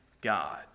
God